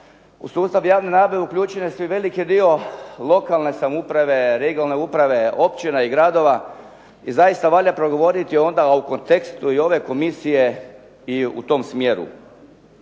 u sustav javne nabave uključeni je i veliki dio lokalne samouprave, regionalne uprave, općina i gradova. I zaista valja progovoriti onda u kontekstu i ove komisije i u tom smjeru.